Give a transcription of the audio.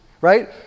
right